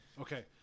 Okay